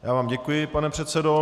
Já vám děkuji, pane předsedo.